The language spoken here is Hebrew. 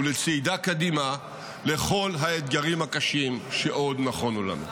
ולצעידה קדימה לכל האתגרים הקשים שעוד נכונו לנו.